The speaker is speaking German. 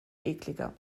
ekliger